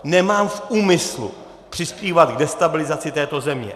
Nemám v úmyslu přispívat k destabilizaci této země.